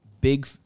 big